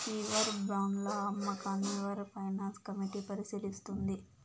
ఈ వార్ బాండ్ల అమ్మకాన్ని వార్ ఫైనాన్స్ కమిటీ పరిశీలిస్తుంది